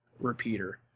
repeater